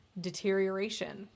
deterioration